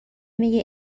میگه